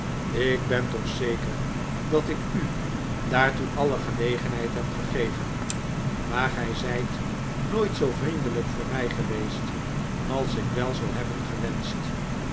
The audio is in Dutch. ik ben toch zeker dat ik u alle gelegenheid heb gegeven maar gij zijt nooit zoo vriendelijk voor mij geweest als ik wel zou hebben gewenscht